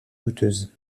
douteuse